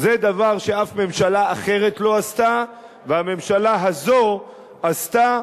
זה דבר שאף ממשלה אחרת לא עשתה והממשלה הזאת עשתה,